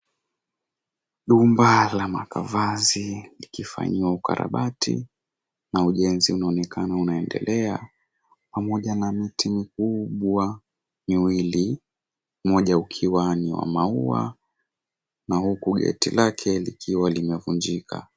Jumba la makavazi likifanyiwa ukarabati na ujenzi unaonekana unaendelea, pamoja na miti mikubwa miwili mmoja ukiwa ni wa maua na huku geti lake likiwa limevunjika.